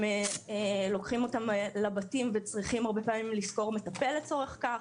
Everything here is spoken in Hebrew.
הם לוקחים אותם לבתים והרבה פעמי צריכים לשכור מטפל לצורך כך.